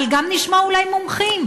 אבל גם נשמע אולי מומחים.